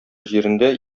җирендә